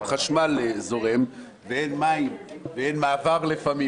חשמל זורם ואין מים ואין מעבר לפעמים,